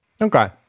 okay